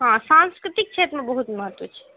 हँ सांस्कृतिक क्षेत्रमे बहुत महत्व छै